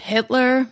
Hitler